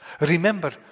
Remember